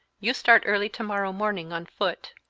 you start early to-morrow morning on foot.